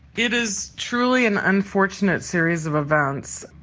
it is truly an unfortunate series of events.